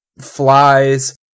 flies